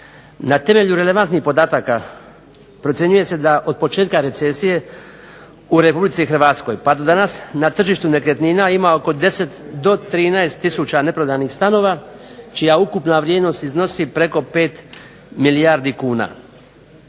Na temelju relevantnih podataka procjenjuje se da od početka recesije u Republici Hrvatskoj pa do danas na tržištu nekretnina ima oko 10 do 13 tisuća neprodanih stanova čija ukupna vrijednost iznosi preko 5 milijardi kuna.